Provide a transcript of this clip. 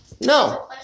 No